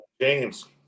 James